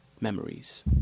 Memories